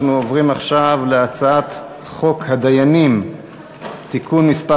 אנחנו עוברים להצעת חוק הדיינים (תיקון מס'